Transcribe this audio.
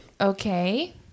Okay